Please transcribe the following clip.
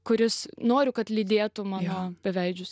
kuris noriu kad lydėtų mano beveidžius